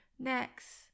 next